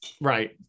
right